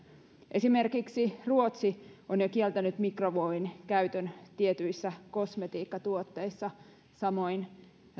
esimerkiksi ruotsi on jo kieltänyt mikromuovin käytön tietyissä kosmetiikkatuotteissa samoin